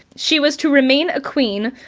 she was to remain a queen,